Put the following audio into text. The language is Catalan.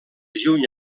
juny